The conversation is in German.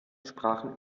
sprachen